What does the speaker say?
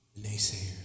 naysayers